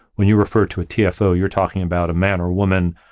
when you refer to a cfo, you're talking about a man or woman,